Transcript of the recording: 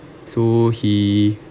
so he